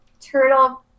turtle